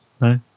No